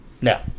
Now